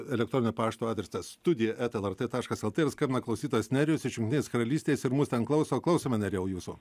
elektroninio pašto adresas studija eta lrt taškas lt skambina klausytojas nerijus iš jungtinės karalystės ir mus ten klauso klausome nerijau jūsų